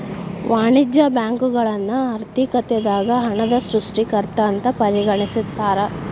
ವಾಣಿಜ್ಯ ಬ್ಯಾಂಕುಗಳನ್ನ ಆರ್ಥಿಕತೆದಾಗ ಹಣದ ಸೃಷ್ಟಿಕರ್ತ ಅಂತ ಪರಿಗಣಿಸ್ತಾರ